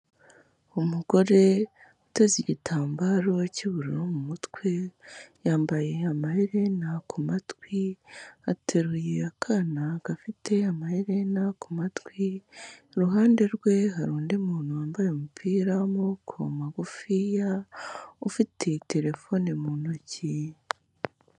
Umugore uteze igitambaro cy'ubururu mu mutwe, yambaye amaherena ku matwi, ateruye akana gafite amaherena ku matwi, iruhande rwe hari undi muntu wambaye umupira w'amaboko magufiya, ufite telefone mu ntoki.